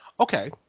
Okay